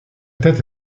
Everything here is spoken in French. tête